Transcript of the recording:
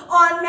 on